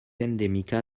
endèmica